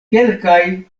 kelkaj